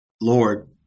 Lord